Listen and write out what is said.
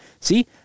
See